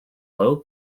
low